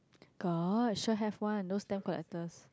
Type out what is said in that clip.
got sure have one those stamp collectors